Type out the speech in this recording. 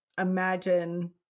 imagine